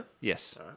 Yes